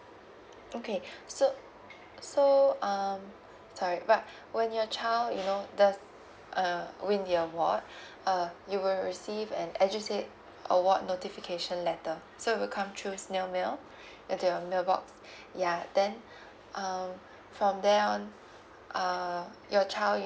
okay so so um sorry but when your child you know does uh win the award uh you will receive an edusave award notification letter so it will come through snail mail at your mail box ya then um from there on uh your child